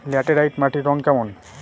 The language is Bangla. ল্যাটেরাইট মাটির রং কেমন?